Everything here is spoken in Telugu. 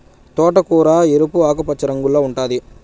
తోటకూర ఎరుపు, ఆకుపచ్చ రంగుల్లో ఉంటాది